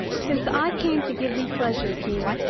since i came to give thee pleasure, king,